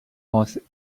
almost